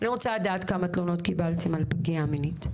אני רוצה לדעת כמה תלונות קיבלתם על תלונה מינית.